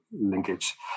linkage